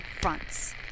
fronts